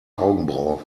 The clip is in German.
augenbraue